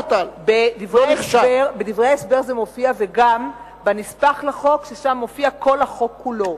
בדברי ההסבר זה מופיע וגם בנספח לחוק ששם מופיע כל החוק כולו.